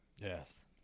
yes